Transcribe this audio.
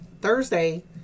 Thursday